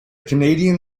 canadian